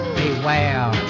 beware